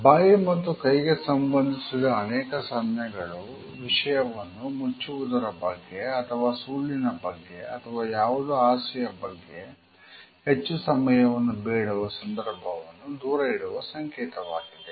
ಬಾಯಿ ಮತ್ತು ಕೈಗೆ ಸಂಬಂಧಿಸಿದ ಅನೇಕ ಸನ್ನೆಗಳು ವಿಷಯವನ್ನು ಮುಚ್ಚುವುದರ ಬಗ್ಗೆ ಅಥವಾ ಸುಳ್ಳಿನ ಬಗ್ಗೆ ಅಥವಾ ಯಾವುದೋ ಆಸೆಯ ಬಗ್ಗೆ ಹೆಚ್ಚು ಸಮಯವನ್ನು ಬೇಡುವ ಸಂದರ್ಭವನ್ನು ದೂರ ಇಡುವ ಸಂಕೇತವಾಗಿದೆ